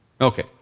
Okay